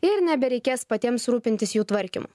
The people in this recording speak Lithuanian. ir nebereikės patiems rūpintis jų tvarkymu